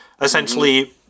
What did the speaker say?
essentially